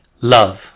Love